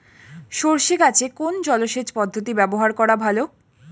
সরষে গাছে কোন জলসেচ পদ্ধতি ব্যবহার করা ভালো?